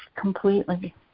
completely